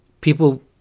people